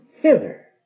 hither